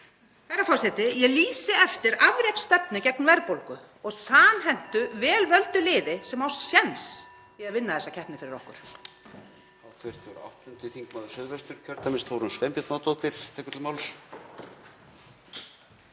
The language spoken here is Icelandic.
Herra forseti. Ég lýsi eftir afreksstefnu gegn verðbólgu og samhentu, vel völdu liði sem á séns í að vinna þessa keppni fyrir okkur.